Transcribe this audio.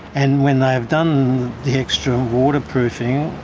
and when they've done the extra waterproofing,